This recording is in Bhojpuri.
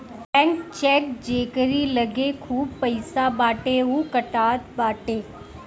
ब्लैंक चेक जेकरी लगे खूब पईसा बाटे उ कटात बाटे